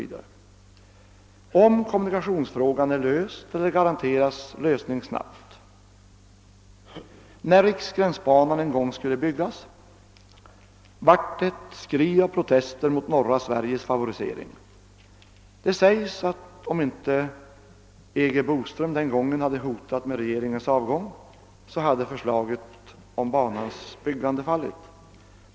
v. om kommunikationsfrågan löses eller garanteras en snabb lösning. När Riksgränsbanan en gång skulle byggas upphävdes ett skri av protester mot norra Sveriges favorisering. Det sägs att om inte E. G. Boström den gången hade hotat med regeringens avgång, hade förslaget om banans byggande fallit.